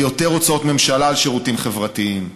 ביותר הוצאות ממשלה על שירותים חברתיים.